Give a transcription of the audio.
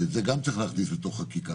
ואת זה גם צריך להכניס בתוך חקיקה.